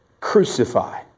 Crucify